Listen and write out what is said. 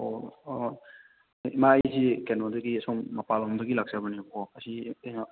ꯑꯣ ꯍꯣꯏ ꯍꯣꯏ ꯏꯃꯥ ꯑꯩꯁꯤ ꯀꯩꯅꯣꯗꯒꯤ ꯑꯁꯣꯝ ꯃꯄꯥꯟꯂꯣꯝꯗꯒꯤ ꯂꯥꯛꯆꯕꯅꯦꯕꯀꯣ ꯑꯁꯤ